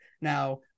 Now